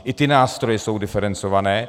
I ty nástroje jsou diferencované.